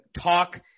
talk